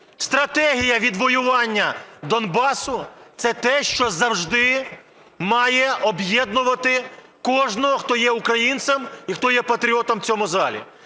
стратегія відвоювання Донбасу – це те, що завжди має об'єднувати кожного, хто є українцем і хто є патріотом у цьому залі.